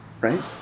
right